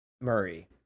Murray